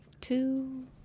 two